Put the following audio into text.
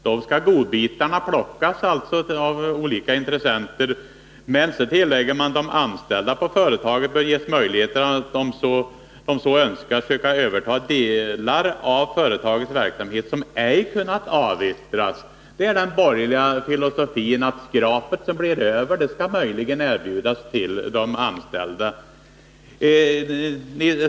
Då skall godbitarna plockas av olika intressenter, men så tillägger man: ”De anställda hos företaget bör ges möjligheter att om de så önskar överta delar av företagets verksamhet som ej kunnat avyttras.” Det är den borgerliga filosofin att skrapet, som blir över, skall möjligen erbjudas de anställda.